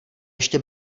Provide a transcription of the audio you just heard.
ještě